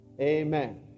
Amen